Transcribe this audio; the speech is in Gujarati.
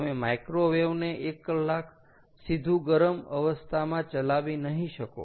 તમે માઇક્રોવેવ ને એક કલાક સીધું ગરમ અવસ્થામાં ચલાવી નહીં શકો